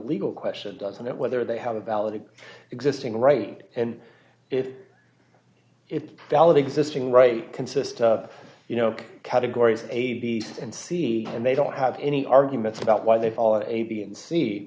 legal question doesn't it whether they have a valid existing right and if if dell of existing right consists of you know categories a b and c and they don't have any arguments about why they fall a b and c